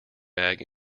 bag